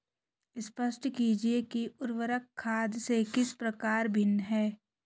स्पष्ट कीजिए कि उर्वरक खाद से किस प्रकार भिन्न है?